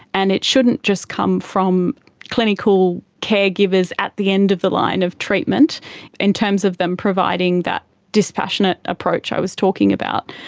and it shouldn't just come from clinical caregivers at the end of the line of treatment in terms of them providing that dispassionate approach i was talking about.